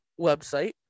website